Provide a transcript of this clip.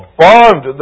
bond